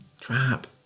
Trap